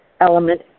element